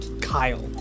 Kyle